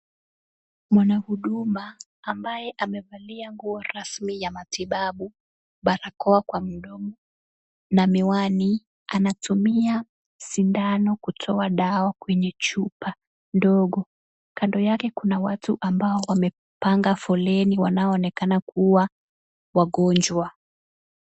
Mwanahuduma ambaye amevalia nguo rasmi ya matibabu, barakoa kwa mdomo na miwani anatumia sindano kutoa dawa kwenye chupa ndogo. Kando yake kuna watu ambao wamepanga foleni wanao onekana kuwa wagonjwa.